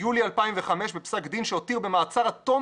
ביולי 2005 בפסק דין שהותיר במעצר עד תום